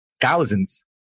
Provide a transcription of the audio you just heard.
thousands